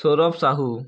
Saurabh Sahu